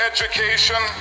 Education